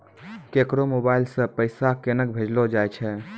केकरो मोबाइल सऽ पैसा केनक भेजलो जाय छै?